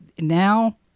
now